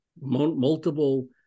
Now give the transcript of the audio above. multiple